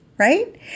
right